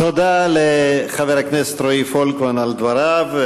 תודה לחבר הכנסת רועי פולקמן על דבריו.